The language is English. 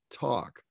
Talk